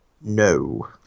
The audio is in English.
No